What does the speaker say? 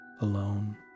alone